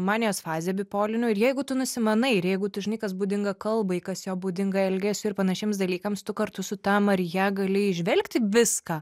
manijos fazė bipoliniu ir jeigu tu nusimanai ir jeigu tu žinai kas būdinga kalbai kas jo būdinga elgesiui ir panašiems dalykams tu kartu su ta marija gali įžvelgti viską